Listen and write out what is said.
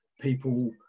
people